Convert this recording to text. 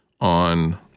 on